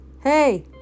Hey